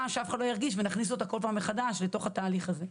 שאף אחד לא ירגיש ונכניס אותה בכל פעם מחדש אל תוך התהליך הזה.